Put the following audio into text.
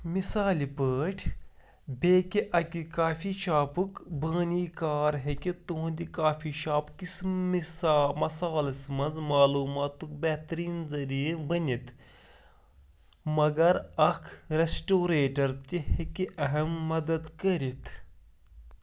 مِثالہِ پٲٹھۍ بیٚیہِ کہِ اَکہِ کافی شاپُک بٲنی کار ہیٚکہِ تُہٕنٛدِ کافی شاپکِس مِثا مثالَس منٛز معلوٗماتُک بہتریٖن ذٔریعہٕ بٔنِتھ مگر اَکھ رٮ۪سٹوریٹَر تہِ ہیٚکہِ اَہَم مدت کٔرِتھ